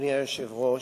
אדוני היושב-ראש,